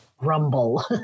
rumble